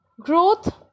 growth